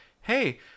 Hey